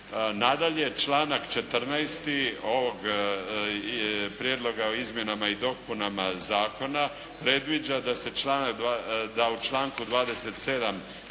Nadalje, članak 14. ovog Prijedloga o izmjenama i dopunama zakona predviđa da u članku 27.